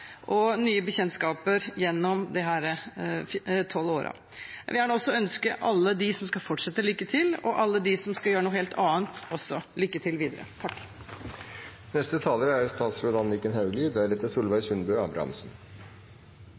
og nye bekjentskaper gjennom disse tolv årene. Jeg vil også gjerne ønske alle dem som skal fortsette, og alle dem som skal gjøre noe helt annet, lykke til videre. «Regjeringens mål er et trygt og fleksibelt arbeidsmarked som sikrer lav arbeidsledighet og høy sysselsetting. Et velfungerende arbeidsmarked er